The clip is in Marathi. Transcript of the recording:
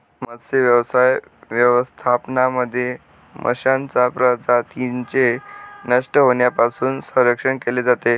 मत्स्यव्यवसाय व्यवस्थापनामध्ये माशांच्या प्रजातींचे नष्ट होण्यापासून संरक्षण केले जाते